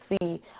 see